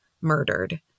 murdered